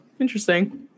Interesting